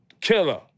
Killer